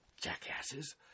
Jackasses